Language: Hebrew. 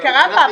זה קרה פעם אחת.